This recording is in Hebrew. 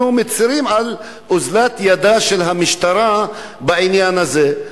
אנחנו מצרים על אוזלת ידה של המשטרה בעניין הזה.